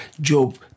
Job